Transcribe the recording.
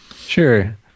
Sure